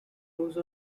rose